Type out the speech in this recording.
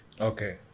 Okay